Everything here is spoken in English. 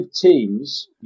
teams